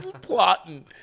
plotting